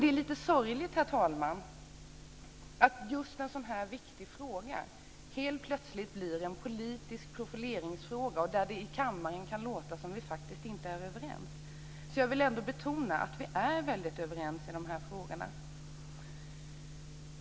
Det är lite sorgligt att just en så här viktig fråga helt plötsligt blir en politisk profileringsfråga, där det i kammaren kan låta som om vi inte är överens. Jag vill betona att vi är väldigt överens i de här frågorna.